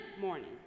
morning